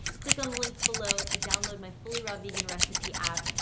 click on the links below to download my fully raw vegan recipe app,